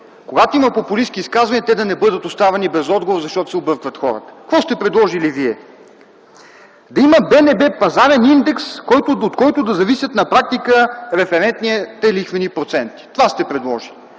когато има популистки изказвания, те да не бъдат оставяни без отговор, защото хората се объркват. Какво сте предложили вие? БНБ да има пазарен индекс, от който на практика да зависят референтните лихвени проценти. Това сте предложили.